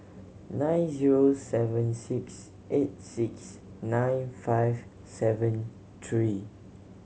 nine zero seven six eight six nine five seven three